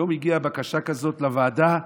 היום הגיעה בקשה כזאת לוועדה.